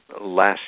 last